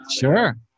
sure